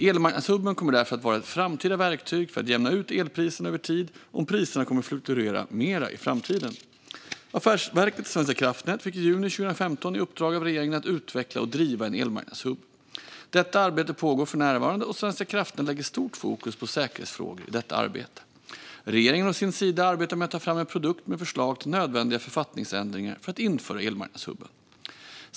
Elmarknadshubben kommer därför att vara ett framtida verktyg för att jämna ut elpriserna över tid om priserna kommer att fluktuera mera i framtiden. Affärsverket svenska kraftnät fick i juni 2015 i uppdrag av regeringen att utveckla och driva en elmarknadshubb. Detta arbete pågår för närvarande, och Svenska kraftnät lägger stort fokus på säkerhetsfrågor i detta arbete. Regeringen å sin sida arbetar med att fram en produkt med förslag till nödvändiga författningsändringar för att införa elmarknadshubben.